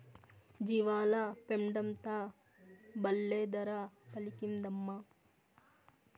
జీవాల పెండంతా బల్లే ధర పలికిందమ్మా